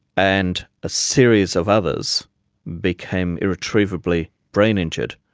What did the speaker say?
and a series of others became irretrievably brain injured.